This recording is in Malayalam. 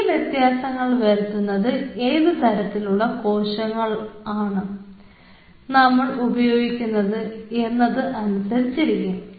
ഈ വ്യത്യാസങ്ങൾ വരുത്തുന്നത് ഏതുതരത്തിലുള്ള കോശങ്ങളാണ് നമ്മൾ ഉപയോഗിക്കുന്നത് എന്നത് അനുസരിച്ചിരിക്കും